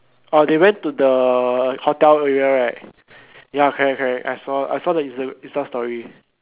orh they went to the hotel area right ya correct correct I saw I saw the instag~ insta story